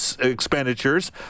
expenditures